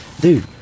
dude